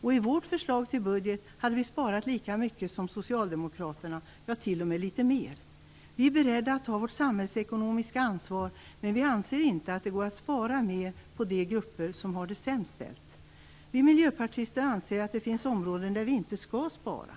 I vårt förslag till budget hade vi sparat lika mycket som Socialdemokraterna, ja, t.o.m. litet mer. Vi är beredda att ta vårt samhällsekonomiska ansvar, men vi anser inte att det går att spara mer på de grupper som har det sämst ställt! Vi miljöpartister anser att finns områden där vi inte skall spara.